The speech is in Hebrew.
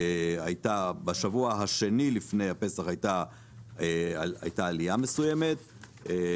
בשבוע השני לפני הפסח הייתה עלייה מסוימת,